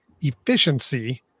efficiency